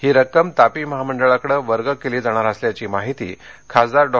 ही रक्कम तापी महामंडळाकडं वर्ग केली जाणार असल्याची माहिती खासदार डॉ